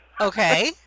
Okay